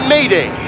Mayday